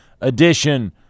edition